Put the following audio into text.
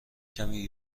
کمی